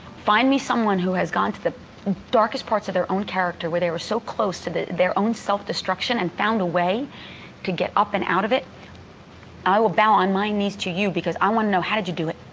find me someone who has gone to the darkest parts of their own character where they were so close to their own self-destruction and found a way to get up and out of it, and i will bow on my knees to you, because i want to know how did you do it.